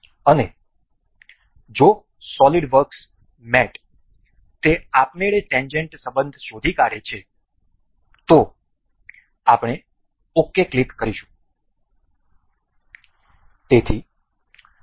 અને જો SolidWorks મેટ તે આપમેળે ટેન્જેન્ટ સંબંધ શોધી કાઢે છે તો આપણે ok ક્લિક કરીશું